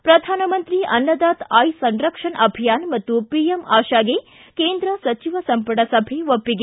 ಪ್ರ ಪ್ರಧಾನಮಂತ್ರಿ ಅನ್ನದಾತ ಆಯ್ ಸನ್ರಕ್ಷಣ್ ಅಭಿಯಾನ ಮತ್ತು ಪಿಎಂ ಆಶಾಗೆ ಕೇಂದ್ರ ಸಚಿವ ಸಂಪುಟ ಸಭೆ ಒಪ್ಪಿಗೆ